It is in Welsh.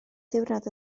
ddiwrnod